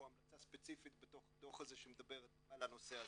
המלצה ספציפית בתוך הדו"ח שמדבר על הנושא הזה.